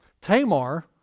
Tamar